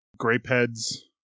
Grapehead's